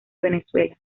venezuela